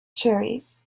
cherries